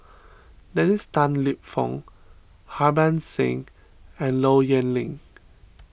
Dennis Tan Lip Fong Harbans Singh and Low Yen Ling